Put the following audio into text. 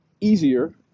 easier